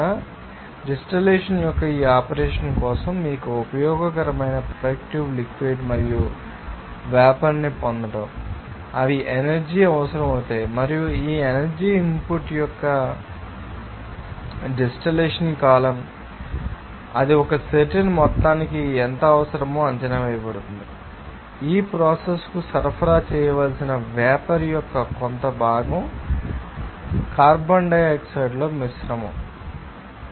కాబట్టి డిస్టిల్లషన్ యొక్క ఈ ఆపరేషన్ కోసం మీకు ఈ ఉపయోగకరమైన ప్రొడక్టివ్ లిక్విడ్ మరియు వేపర్ ని పొందండి అవి ఎనర్జీ అవసరమవుతాయి మరియు ఈ ఎనర్జీ ఇన్పుట్ మీకు డిస్టిల్లషన్ కాలమ్ ఎవరో తెలుసు అది ఒక సర్టెన్ మొత్తానికి ఎంత అవసరమో అంచనా వేయబడుతుంది ఈ ప్రోసెస్ కు సరఫరా చేయవలసిన వేపర్ యొక్క కొంత భాగం మీలో హైడ్రోకార్బన్ మిశ్రమం తెలుసు